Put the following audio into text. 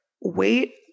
wait